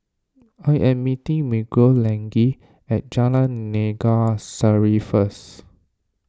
I am meeting Miguelangel at Jalan Naga Sari first